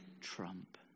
Trump